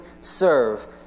serve